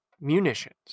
munitions